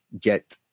get